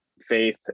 faith